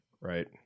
Right